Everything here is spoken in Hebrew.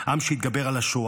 עם שהתגבר על השואה,